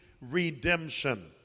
redemption